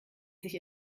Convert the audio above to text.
sich